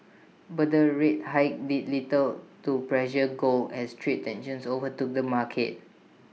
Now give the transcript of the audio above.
but the rate hike did little to pressure gold has trade tensions overtook the market